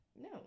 No